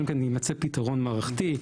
אלא אם כן יימצא פתרון מערכתי.